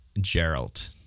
Gerald